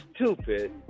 stupid